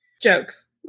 jokes